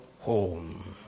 home